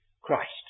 Christ